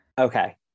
Okay